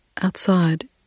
Outside